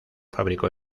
fabricó